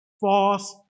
false